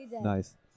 Nice